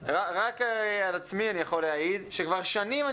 רק על עצמי שאני יכול להעיד שכבר שנים אני